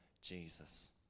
Jesus